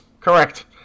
Correct